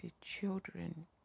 children